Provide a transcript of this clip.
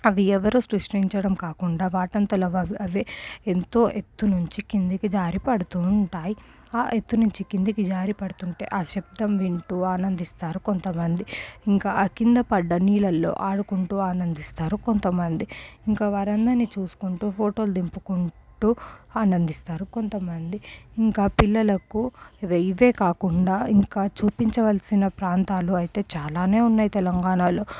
అవి ఎవరు సృష్టించడం కాకుండా వాటి అంతట అవే ఎంతో ఎత్తు నుంచి కిందికి జారి పడుతూ ఉంటాయి ఆ ఎత్తు నుంచి కిందకి జారి పడుతుంటే ఆ శబ్దం వింటూ ఆనందిస్తారు కొంతమంది ఇంకా ఆ కింద పడ్డ నీళ్లలో ఆడుకుంటూ ఆనందిస్తారు కొంతమంది ఇంకా వారందరిని చూసుకుంటూ ఫోటోలు దింపుకుంటూ ఆనందిస్తారు కొంతమంది ఇంకా పిల్లలకు ఇవే కాకుండా ఇంకా చూపించవలసిన ప్రాంతాలు అయితే చాలానే ఉన్నాయి తెలంగాణలో